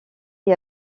est